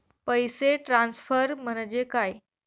पैसे ट्रान्सफर म्हणजे काय?